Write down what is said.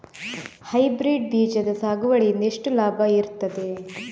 Hybrid ಬೀಜದ ಸಾಗುವಳಿಯಿಂದ ಎಂತ ಲಾಭ ಇರ್ತದೆ?